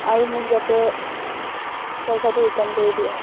আৰু মোক যাতে পইচাটো ৰিটাৰ্ণ কৰি দিয়ে